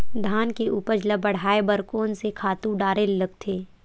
धान के उपज ल बढ़ाये बर कोन से खातु डारेल लगथे?